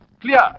clear